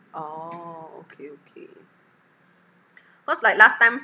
orh okay okay cause like last time